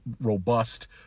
robust